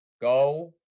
go